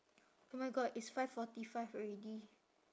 oh my god it's five forty five already